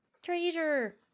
treasure